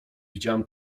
widziałem